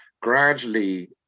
gradually